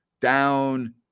Down